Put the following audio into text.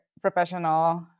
professional